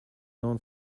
known